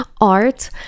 art